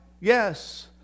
Yes